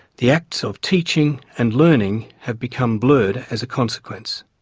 the acts of teaching and learning have become blurred as a consequence.